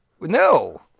No